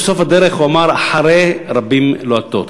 בסוף הדרך הוא אמר: אחרי רבים להטות.